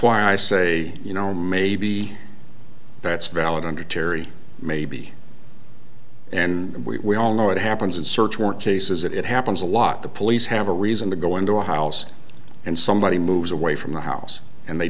why i say you know maybe that's valid under terry maybe and we all know it happens in search warrant cases that it happens a lot the police have a reason to go into a house and somebody moves away from the house and they